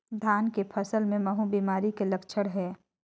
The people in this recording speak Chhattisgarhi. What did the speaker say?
धान के फसल मे महू बिमारी के लक्षण कौन हे?